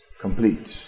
complete